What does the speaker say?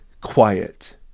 quiet